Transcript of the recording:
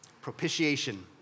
propitiation